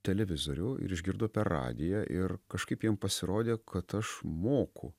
televizorių ir išgirdo per radiją ir kažkaip jiem pasirodė kad aš moku